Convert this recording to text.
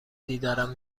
دیدارم